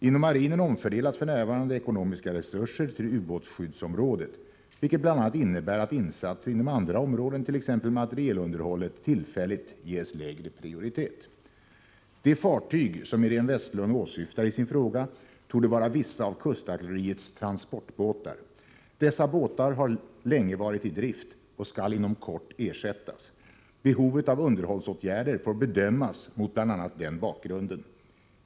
Inom marinen omfördelades f. n. ekonomiska resurser till ubåtsskyddsområdet, vilket bl.a. innebär att insatser inom andra områden t.ex. materielunderhåll tillfälligt ges lägre prioritet. De fartyg som Iréne Vestlund åsyftar i sin fråga torde vara vissa av kustartilleriets transportbåtar. Dessa båtar har länge varit i drift och skall inom kort ersättas. Behovet av underhållsåtgärder får bedömas mot bl.a. den bakgrunden.